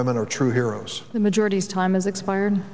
women are true heroes the majority of time is expired